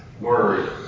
word